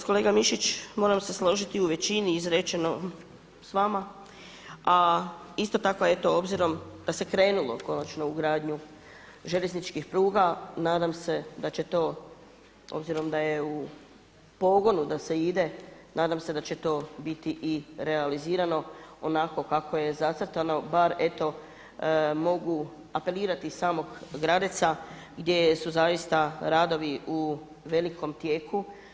Nažalost, kolega Mišić moram se složiti u većini izrečenog s vama a isto tako eto obzirom da se krenulo konačno u gradnju željezničkih pruga, nadam se da će to obzirom da je u pogonu da se ide, nadam se da će to biti i realizirano onako kako je zacrtano, bar eto mogu apelirati iz samog Gradeca gdje su zaista radovi u velikom tijeku.